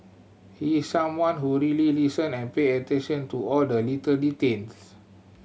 he's someone who really listen and pay attention to all the little details